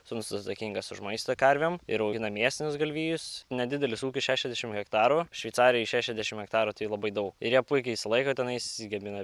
sūnus atsakingas už maistą karvėm ir augina mėsinius galvijus nedidelis ūkis šešiasdešimt hektarų šveicarijoj šešiasdešimt hektarų tai labai daug ir jie puikiai išsilaiko tenais gamina